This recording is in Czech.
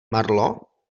marlo